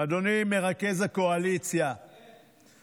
אדוני מרכז הקואליציה, כן.